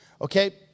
Okay